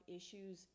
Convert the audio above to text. issues